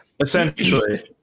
Essentially